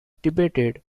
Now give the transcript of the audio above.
debated